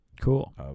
Cool